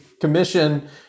commission